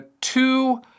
two